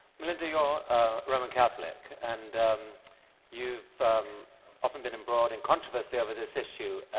melinda, you're roman catholic, and you've often been embroiled in controversy over this issue,